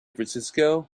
francisco